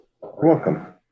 welcome